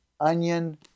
onion